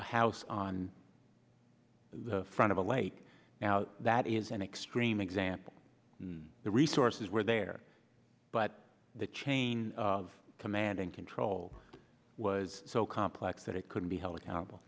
a house on the front of a lake now that is an extreme example the resources were there but the chain of command and control was so complex that it couldn't be held accountable